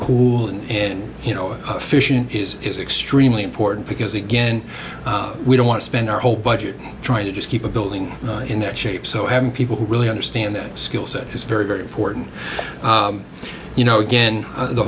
cool and you know fishing is extremely important because again we don't want to spend our whole budget trying to just keep a building in that shape so having people really understand that skill set is very very important you know again the